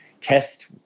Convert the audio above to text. test